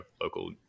local